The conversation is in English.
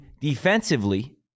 defensively